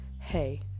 hey